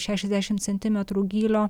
šešiasdešimt centimetrų gylio